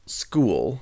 school